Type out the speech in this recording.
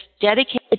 dedicated